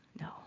no